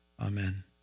Amen